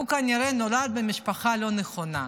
הוא כנראה נולד במשפחה הלא-נכונה.